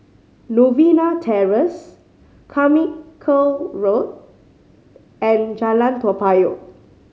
Novena Terrace Carmichael Road and Jalan Toa Payoh